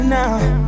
now